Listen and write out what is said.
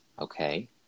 okay